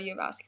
cardiovascular